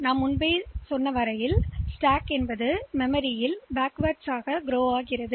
எனவே அடுக்குவளர்கிறது மெமரித்தில் பின்னோக்கி